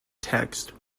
text